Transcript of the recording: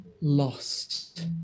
lost